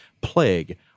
Plague